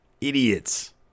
Idiots